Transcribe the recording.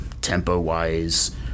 tempo-wise